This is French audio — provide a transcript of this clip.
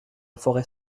forêt